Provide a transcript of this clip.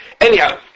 Anyhow